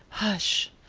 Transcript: hush,